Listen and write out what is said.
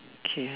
okay